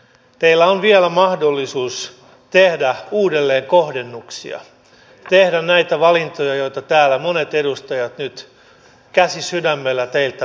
teillä on vielä mahdollisuus tehdä uudelleenkohdennuksia tehdä näitä valintoja joita täällä monet edustajat nyt käsi sydämellä teiltä pyytävät